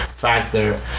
Factor